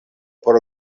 por